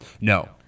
No